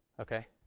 okay